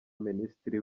minisitiri